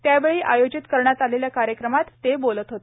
त्यावेळी आयोजित करण्यात आलेल्या कार्यक्रमात ते बोलत होते